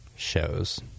shows